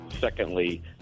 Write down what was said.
Secondly